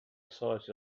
excited